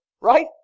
right